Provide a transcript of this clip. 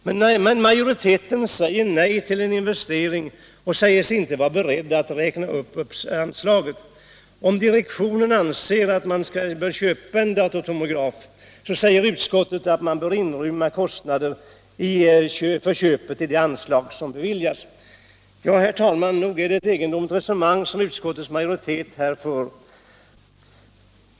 Men majoriteten säger alltså nej till denna investering och säger sig inte vara beredd att räkna upp anslaget. Om direktionen anser att den bör köpa en datortomograf bör den, säger utskottet, inrymma kostnaderna för köpet i det anslag som beviljas. Ja, herr talman, nog är det ett egendomligt resonemang som utskottets majoritet här för.